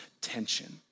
tension